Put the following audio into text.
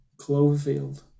Cloverfield